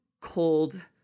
cold